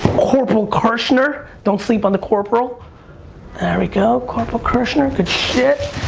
corporal kirchner. don't sleep on the corporal. and there we go, corporal kirchner. good shit.